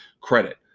credit